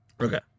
Okay